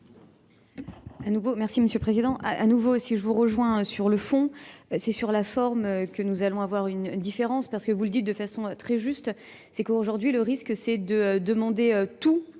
Merci Monsieur le Président, à nouveau si je vous rejoins sur le fond, c'est sur la forme que nous allons avoir une différence, parce que vous le dites de façon très juste, c'est qu'aujourd'hui le risque c'est de demander tout